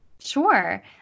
Sure